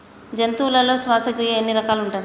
జంతువులలో శ్వాసక్రియ ఎన్ని రకాలు ఉంటది?